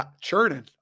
churning